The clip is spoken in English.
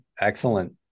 excellent